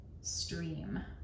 stream